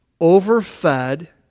overfed